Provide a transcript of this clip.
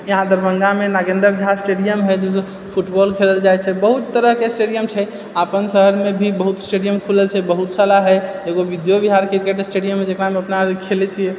यहाँ दरभङ्गामे नागेन्द्र्झा स्टेडियम है जे जे फुटबॉल खेलल जायछेै बहुत तरहकेँ स्टेडियम छै अपन शहरमे भी बहुत स्टेडियम खुलल छै बहुत सारा एकगो विद्या विहार क्रिकेट स्टेडियम है जेकरामे अपना खेलय छिए